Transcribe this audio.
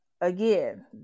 again